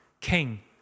king